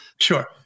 Sure